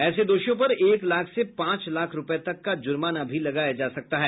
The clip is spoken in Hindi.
ऐसे दोषियों पर एक लाख से पांच लाख रुपये तक का जुर्माना भी लगाया जा सकता है